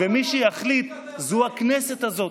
ומי שיחליט זו הכנסת הזאת.